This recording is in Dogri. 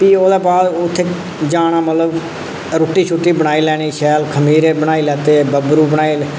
भी ओहदे बाद उत्थै जाना मतलब रुट्टी शुट्टी बनाई लैनी शैल खमीरे बनाई लैने बब्बरू बनाई